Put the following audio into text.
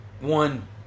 one